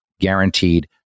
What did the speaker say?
guaranteed